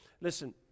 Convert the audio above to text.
Listen